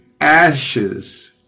ashes